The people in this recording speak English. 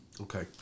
Okay